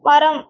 மரம்